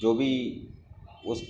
جو بھی اس